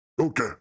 Okay